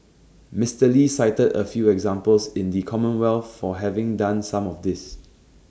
Mister lee cited A few examples in the commonwealth for having done some of this